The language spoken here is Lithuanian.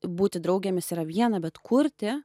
būti draugėmis yra viena bet kurti